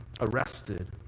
arrested